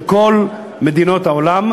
של כל מדינות העולם,